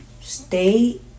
Stay